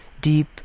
deep